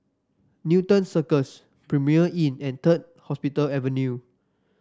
Newton Cirus Premier Inn and Third Hospital Avenue